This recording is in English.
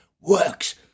works